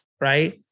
Right